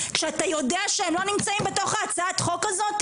כשאתה יודע שהם לא נמצאים בתוך הצעת החוק הזאת?